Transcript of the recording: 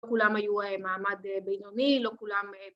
כולם היו מעמד בינוני, לא כולם...